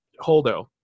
Holdo